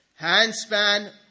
Handspan